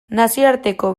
nazioarteko